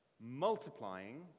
multiplying